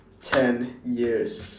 ten years